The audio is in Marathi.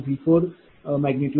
0042। 0